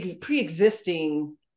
pre-existing